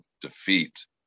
defeat